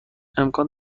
امکان